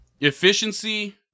efficiency